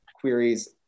queries